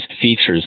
features